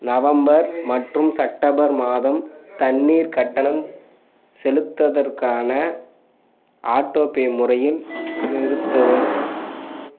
November மற்றும் September மாதம் தண்ணீர் கட்டணம் செலுத்துவதற்கான ஆட்டோபே முறையை நிறுத்தவும்